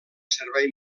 servei